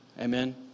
Amen